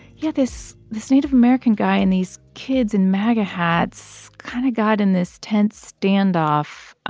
yeah, this this native american guy and these kids in maga hats kind of got in this tense standoff